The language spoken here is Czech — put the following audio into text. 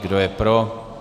Kdo je pro.